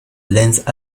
lance